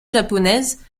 japonaise